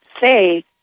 say